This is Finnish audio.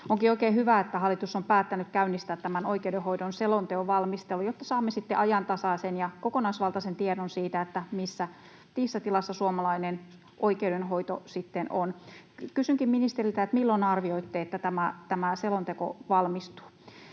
Onkin oikein hyvä, että hallitus on päättänyt käynnistää oikeudenhoidon selonteon valmistelun, jotta saamme sitten ajantasaisen ja kokonaisvaltaisen tiedon siitä, missä tilassa suomalainen oikeudenhoito on. Kysynkin ministeriltä: milloin arvioitte, että tämä selonteko valmistuu?